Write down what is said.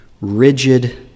rigid